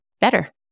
better